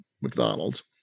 McDonald's